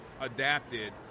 adapted